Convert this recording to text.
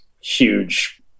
huge